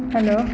hello